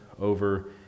over